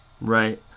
Right